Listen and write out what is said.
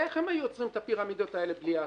איך הם היו יוצרים את הפירמידות האלה בלי האשראי?